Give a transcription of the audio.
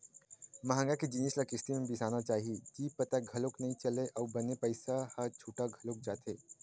महँगा के जिनिस ल किस्ती म बिसाना चाही जी पता घलोक नइ चलय अउ बने पइसा ह छुटा घलोक जाथे